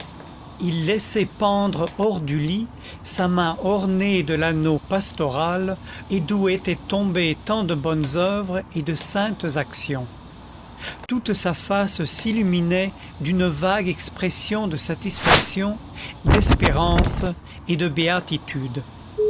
il laissait pendre hors du lit sa main ornée de l'anneau pastoral et d'où étaient tombées tant de bonnes oeuvres et de saintes actions toute sa face s'illuminait d'une vague expression de satisfaction d'espérance et de béatitude